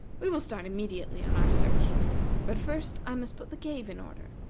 we will start immediately on our search but first i must put the cave in order,